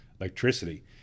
electricity